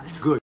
Good